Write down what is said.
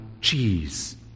cheese